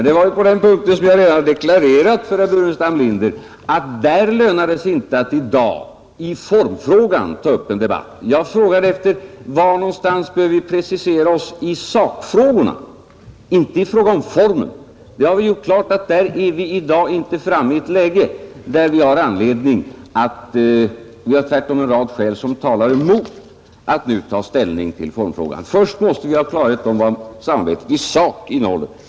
Herr talman! På den punkten har jag ju redan deklarerat för herr Burenstam Linder att det lönar sig inte att i dag ta upp en debatt i formfrågan. Jag frågade efter var någonstans vi behöver precisera oss i sakfrågorna, inte i fråga om formen. Vi har gjort klart att det tvärtom finns en rad skäl som talar emot att vi nu tar ställning till formfrågan. Först måste vi ha klarhet om vad samarbetet i sak innehåller.